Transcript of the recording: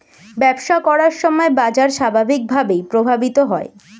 ব্যবসা করার সময় বাজার স্বাভাবিকভাবেই প্রভাবিত হয়